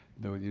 the, you